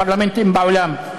הפרלמנטים בעולם,